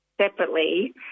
separately